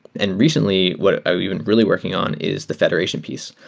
and recently, what ah we've been really working on is the federation piece.